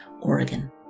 Oregon